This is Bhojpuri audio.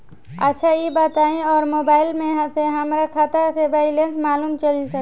अच्छा ई बताईं और मोबाइल से हमार खाता के बइलेंस मालूम चल सकेला?